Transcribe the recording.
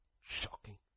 Shocking